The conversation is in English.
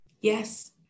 Yes